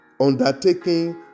undertaking